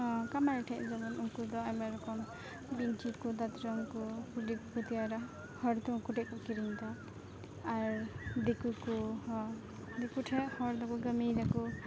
ᱠᱟᱢᱟᱨ ᱴᱷᱮᱱ ᱡᱮᱢᱚᱱ ᱩᱱᱠᱩᱫᱚ ᱟᱭᱢᱟ ᱨᱚᱠᱚᱢ ᱵᱤᱱᱴᱷᱤᱠᱚ ᱫᱟᱛᱨᱚᱢᱠᱚ ᱠᱩᱰᱤᱠᱚ ᱛᱮᱭᱟᱨᱟ ᱦᱚᱲᱫᱚ ᱩᱱᱠᱩ ᱴᱷᱮᱡᱠᱚ ᱠᱤᱨᱤᱧ ᱮᱫᱟ ᱟᱨ ᱫᱤᱠᱩ ᱠᱚ ᱦᱚᱸ ᱫᱤᱠᱩᱴᱷᱮᱱ ᱦᱚᱲᱫᱚᱵᱚ ᱠᱟᱹᱢᱤᱭᱮᱫᱟ ᱠᱚ